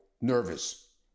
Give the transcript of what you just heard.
nervous